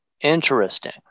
Interesting